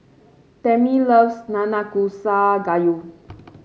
Tamie loves Nanakusa Gayu